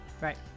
Right